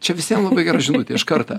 čia visiem labai gera žinutė iš kartą